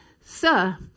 Sir